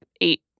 eight